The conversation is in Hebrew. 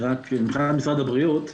מבחינת משרד הבריאות.